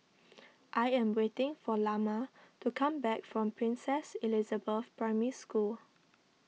I am waiting for Lamar to come back from Princess Elizabeth Primary School